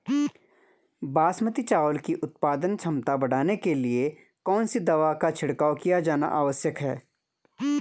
बासमती चावल की उत्पादन क्षमता बढ़ाने के लिए कौन सी दवा का छिड़काव किया जाना आवश्यक है?